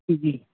جی